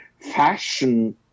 fashion